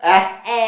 air